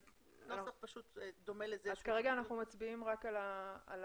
כרגע אנחנו מצביעים רק על